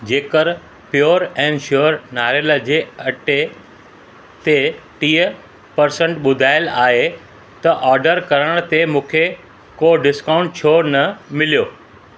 जेकर pure and sure नारेल जे अटे ते टीह परसेंट ॿुधाइल आहे त ऑडर करण ते मूंखे को डिस्काउंट छो न मिलियो